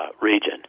region